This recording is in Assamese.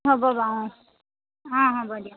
হ'ব বাৰু অঁ হ'ব দিয়ক